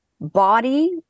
body